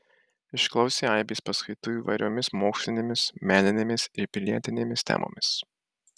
išklausė aibės paskaitų įvairiomis mokslinėmis meninėmis ir pilietinėmis temomis